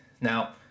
now